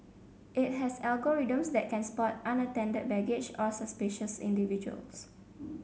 it has algorithms that can spot unattended baggage or suspicious individuals